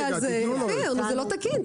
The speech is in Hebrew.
זה לא תקין.